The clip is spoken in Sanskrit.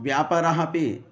व्यापाराः अपि